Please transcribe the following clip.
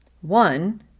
One